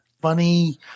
funny